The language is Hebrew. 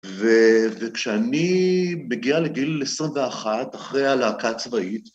‫וכשאני מגיע לגיל 21, ‫אחרי הלהקה הצבאית...